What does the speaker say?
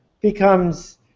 becomes